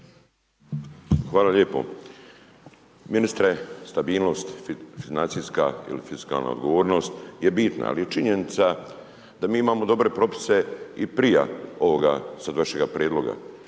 Hvala lijepo. Ministre, stabilnost financijska ili fiskalna odgovornost je bitna, ali činjenica da mi imamo dobre propise i prije ovoga sad vašega prijedloga,